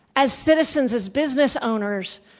as citizens, as business owners,